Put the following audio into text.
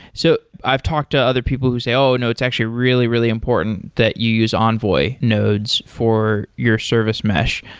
so i've talked to other people who say, oh no, it's actually really, really important that you use envoy nodes for your service mesh.